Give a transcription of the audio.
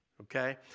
okay